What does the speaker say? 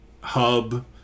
hub